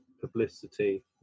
publicity